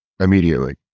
immediately